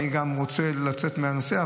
אני גם רוצה לצאת מהנושא,